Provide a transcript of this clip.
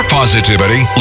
positivity